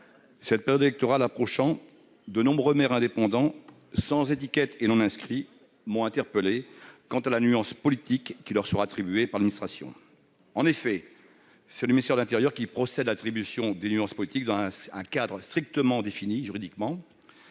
Cette période électorale approchant, de nombreux maires indépendants, sans étiquette et non-inscrits, m'ont interrogé au sujet de la nuance politique qui leur sera attribuée par l'administration. En effet, c'est le ministère de l'intérieur qui procède à l'attribution de nuances politiques dans un cadre strictement défini juridiquement,